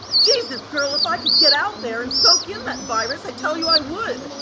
jesus girl, if i could get out there and soak in that virus, i tell you i would.